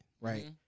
Right